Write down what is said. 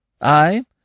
I